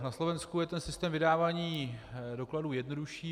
Na Slovensku je ten systém vydávání dokladů jednodušší.